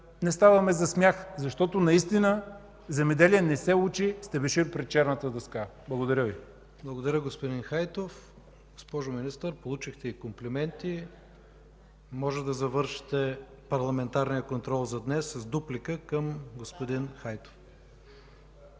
не ставаме за смях. Защото наистина земеделие не се учи с тебешир пред черната дъска. Благодаря Ви. ПРЕДСЕДАТЕЛ ИВАН К. ИВАНОВ: Благодаря, господин Хайтов. Госпожо Министър, получихте и комплименти – можете да завършите парламентарния контрол за днес с дуплика към господин Хайтов.